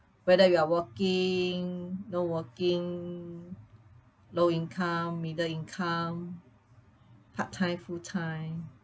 whether you are working no working low-income middle-income part-time full time